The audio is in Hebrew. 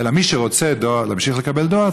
ומי שרוצה להמשיך לקבל דואר,